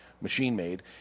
machine-made